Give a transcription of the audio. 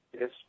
yes